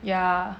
yeah